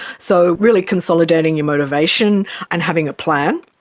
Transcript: so really consolidating your motivation and having a plan.